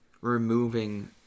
removing